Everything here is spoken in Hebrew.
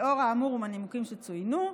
לאור האמור ומהנימוקים שצוינו,